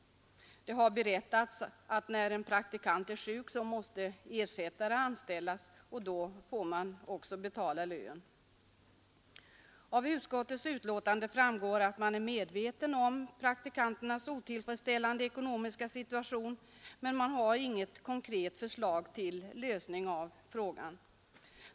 Det har berättats att när en praktikant är sjuk måste ersättare anställas, och då får man också betala lön. Av utskottets betänkande framgår att man är medveten om praktikanternas otillfredsställande ekonomiska situation, men man har inget konkret förslag till lösning av frågan.